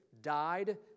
died